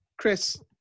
Chris